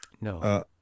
no